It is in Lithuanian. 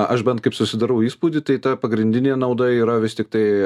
aš bent taip susidarau įspūdį tai ta pagrindinė nauda yra vis tiktai